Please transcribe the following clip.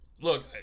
Look